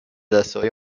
دستههای